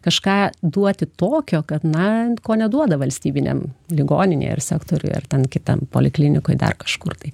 kažką duoti tokio kad na ko neduoda valstybiniam ligoninėje ir sektoriuje ar ten kitam poliklinikoj dar kažkur tai